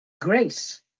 grace